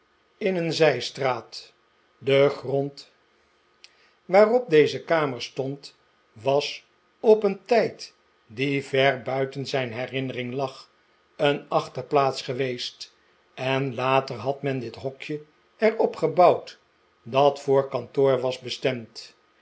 in een zijstraat de grond waarop deze kamer stond was op een tijd die ver buiten zijn herinnering lag een achterplaats geweest en later had men dit hokje er op gebouwd dat voor kantoor was bestemd